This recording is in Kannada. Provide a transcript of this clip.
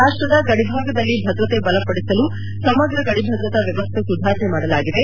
ರಾಷ್ಟದ ಗಡಿ ಭಾಗದಲ್ಲಿ ಭದ್ರತೆ ಬಲಪಡಿಸಲು ಸಮಗ್ರ ಗಡಿ ಭದ್ರತಾ ವ್ಯವಸ್ಥೆ ಸುಧಾರಣೆ ಮಾಡಲಾಗಿದೆ